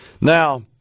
Now